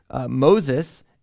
Moses